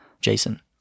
Jason